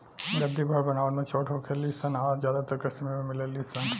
गद्दी भेड़ बनावट में छोट होखे ली सन आ ज्यादातर कश्मीर में मिलेली सन